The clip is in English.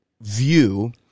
view